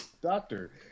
doctor